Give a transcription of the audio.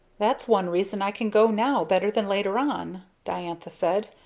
that's one reason i can go now better than later on, diantha said.